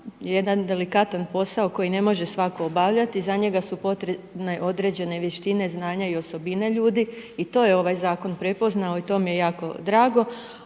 jedan delikatan posao koji ne može svatko obavljati, za njega su potrebne određene vještine, znanja i osobine ljudi i to je ovaj Zakon prepoznao i to mi je jako drago,